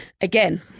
again